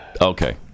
Okay